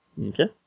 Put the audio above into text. Okay